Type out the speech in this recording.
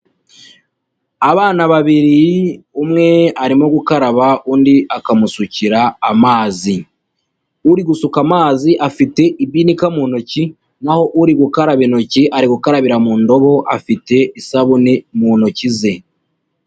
Abana babiri, umwe arimo gukaraba undi akamusukira amazi, uri gusuka amazi afite ibinika mu ntoki, naho uri gukaraba intoki ari gukarabira mu ndobo, afite isabune mu ntoki ze.